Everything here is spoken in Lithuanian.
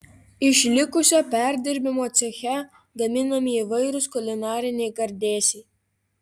iš likusio perdirbimo ceche gaminami įvairūs kulinariniai gardėsiai